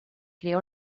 crea